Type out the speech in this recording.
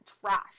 trash